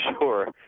sure